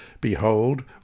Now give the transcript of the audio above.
Behold